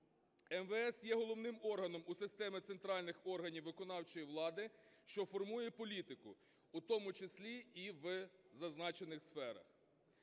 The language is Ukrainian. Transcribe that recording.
МВС є головним органом у системі центральних органів виконавчої влади, що формує політику, в тому числі і в зазначених сферах.